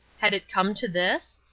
had it come to this?